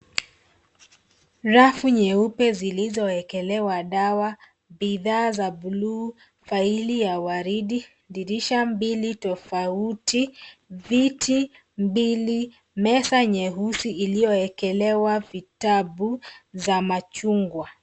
Rafu nyeupe zilizowekelewa dawa, bidhaa za buluu, faili ya waridi, dirisha mbili tofauti, viti mbili, meza nyeusi iliyowekelewa vitabu za machungwa.